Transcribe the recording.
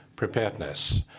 preparedness